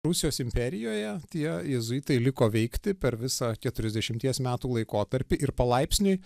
rusijos imperijoje tie jėzuitai liko veikti per visą keturiasdešimties metų laikotarpį ir palaipsniui